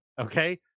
okay